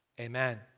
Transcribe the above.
amen